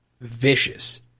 vicious